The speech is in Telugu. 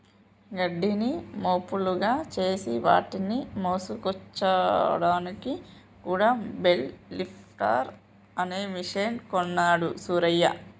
గడ్డిని మోపులుగా చేసి వాటిని మోసుకొచ్చాడానికి కూడా బెల్ లిఫ్టర్ అనే మెషిన్ కొన్నాడు సూరయ్య